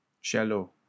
Shallow